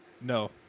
No